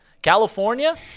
California